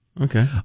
Okay